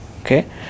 Okay